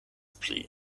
pli